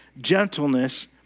gentleness